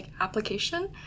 application